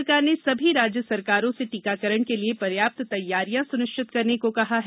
केंद्र सरकार ने सभी राज्य सरकारों से टीकाकरण के लिए पर्याप्त तैयारियां सुनिश्चित करने को कहा है